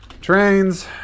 trains